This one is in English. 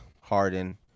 Harden